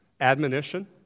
Admonition